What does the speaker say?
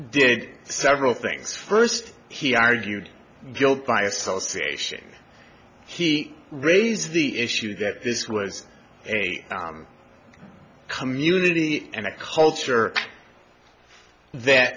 did several things first he argued guilt by association he raised the issue that this was a community and a culture that